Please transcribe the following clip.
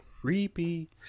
Creepy